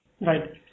Right